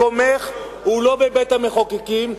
מקומך הוא לא בבית-המחוקקים.